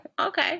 Okay